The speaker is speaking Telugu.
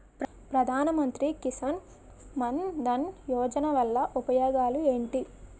ప్రధాన మంత్రి కిసాన్ మన్ ధన్ యోజన వల్ల ఉపయోగాలు ఏంటి?